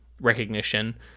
recognition